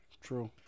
True